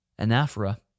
anaphora